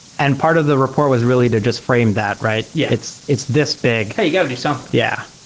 and part of the report was really to just frame that, right? yeah it's it's this big hey, you got to do something. yeah,